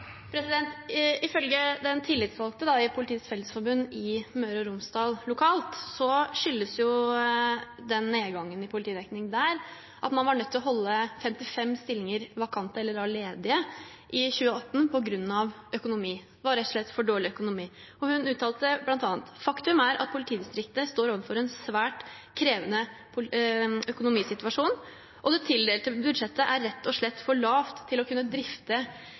kriminalitet. Ifølge den tillitsvalgte i Politiets Fellesforbund i Møre og Romsdal lokalt skyldes den nedgangen i politidekning der at man var nødt til å holde 55 stillinger ledige i 2018 på grunn av økonomi. Det var rett og slett for dårlig økonomi. Hun uttalte bl.a.: «Faktumet er at politidistriktet står ovenfor en svært krevende økonomisituasjon.» Og videre: «Det tildelte budsjettet er rett og slett for lavt til å kunne drifte